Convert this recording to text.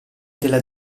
della